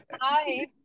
Hi